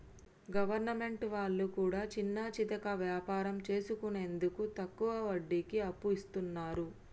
government వాళ్లు కూడా చిన్నాచితక వ్యాపారం చేసుకునేందుకు తక్కువ వడ్డీకి అప్పు ఇస్తున్నరు